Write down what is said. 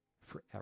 forever